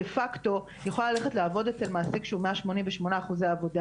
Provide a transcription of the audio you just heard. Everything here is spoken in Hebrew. היא יכולה ללכת ולעבוד אצל מעסיק שהוא 188% עבודה.